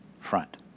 front